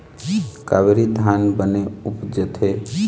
कावेरी धान बने उपजथे?